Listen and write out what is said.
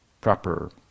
proper